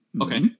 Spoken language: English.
Okay